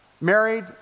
married